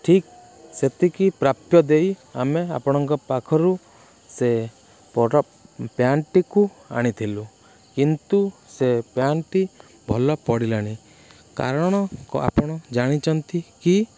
ଠିକ ସେତିକି ପ୍ରାପ୍ୟ ଦେଇ ଆମେ ଆପଣଙ୍କ ପାଖରୁ ସେ ପ୍ୟାଣ୍ଟଟିକୁ ଆଣିଥିଲୁ କିନ୍ତୁ ସେ ପ୍ୟାଣ୍ଟଟି ଭଲ ପଡ଼ିଲାଣି କାରଣ ଆପଣ ଜାଣିଛନ୍ତି କି